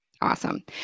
Awesome